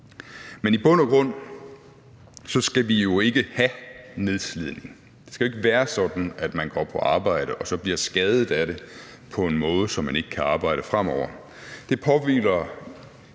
Men i bund og grund skal vi jo ikke have nedslidning. Det skal jo ikke være sådan, at man går på arbejde og så bliver skadet af det på en måde, så man ikke kan arbejde fremover.